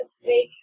Snake